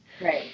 Right